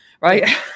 right